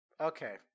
okay